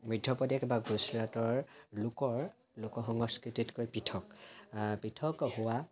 মধ্যপ্ৰদেশ বা গুজৰাটৰ লোকৰ লোক সংস্কৃতিতকৈ পৃথক পৃথক হোৱা